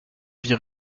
vie